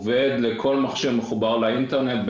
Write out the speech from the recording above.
זה עובד לכל מחשב שמחובר לאינטרנט,